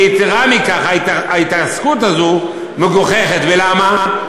יתרה מכך, ההתעסקות הזאת מגוחכת, ולמה?